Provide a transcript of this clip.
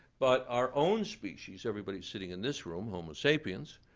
but our own species, everybody sitting in this room, homo sapiens,